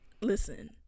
Listen